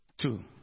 Two